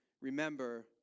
Remember